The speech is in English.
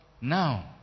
Now